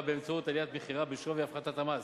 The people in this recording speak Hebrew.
באמצעות עליית מחירה בשווי הפחתת המס,